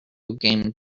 game